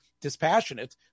dispassionate